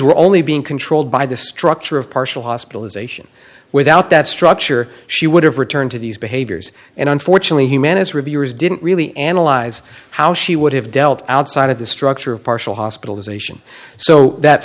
were only being controlled by the structure of partial hospitalization without that structure she would have returned to these behaviors and unfortunately he man is reviewers didn't really analyze how she would have dealt outside of the structure of partial hospitalization so that